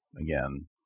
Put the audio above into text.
again